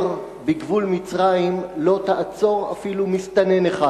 בגבול מצרים לא תעצור אפילו מסתנן אחד,